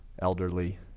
elderly